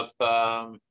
up